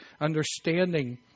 Understanding